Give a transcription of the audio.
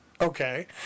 Okay